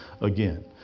again